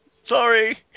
sorry